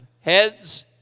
heads